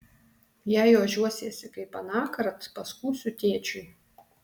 jei ožiuosiesi kaip anąkart paskųsiu tėčiui